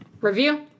Review